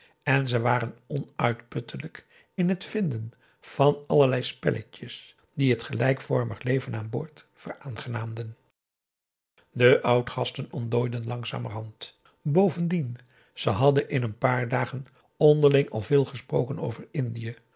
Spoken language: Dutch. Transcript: en ze waren onuitputtelijk in het vinden van allerlei spelletjes die het gelijkvormig leven aan boord veraangenaamden de oudgasten ontdooiden langzamerhand bovendien ze hadden in een paar dagen onderling al veel gesproken over indië